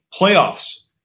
playoffs –